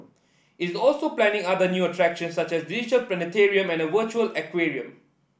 it's also planning other new attractions such as a digital planetarium and a virtual aquarium